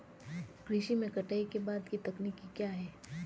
कृषि में कटाई के बाद की तकनीक क्या है?